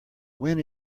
when